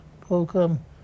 program